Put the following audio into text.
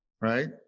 right